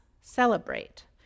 celebrate